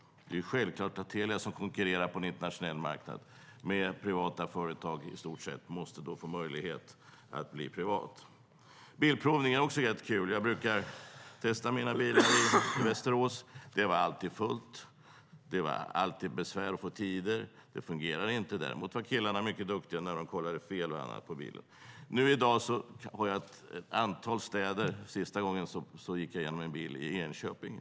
Men det är självklart att Telia som konkurrerar på en internationell marknad med privata företag i stort sett måste få möjlighet att bli privat. När det gäller bilprovningen är det också rätt kul. Jag brukade testa mina bilar i Västerås. Det var alltid fullt, det var alltid besvärligt att få tider och det fungerade inte. Däremot var killarna mycket duktiga när de kollade fel och annat på bilen. I dag kan jag gå igenom min bil i ett antal städer. Sist gjorde jag det i Enköping.